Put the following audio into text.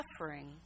suffering